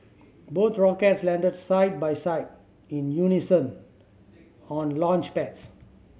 both rockets landed side by side in unison on launchpads